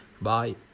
Bye